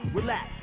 Relax